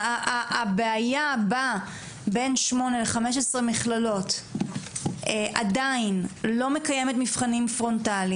הבעיה בא בין 8 ל-15 מכללות עדיין לא מקיימות מבחנים מרחוק,